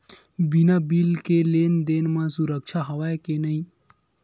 बिना बिल के लेन देन म सुरक्षा हवय के नहीं?